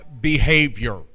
behavior